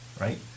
right